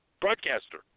broadcaster